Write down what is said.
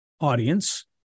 audience